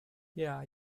yeah